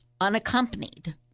unaccompanied